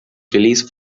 release